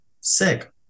sick